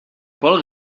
paul